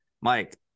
Mike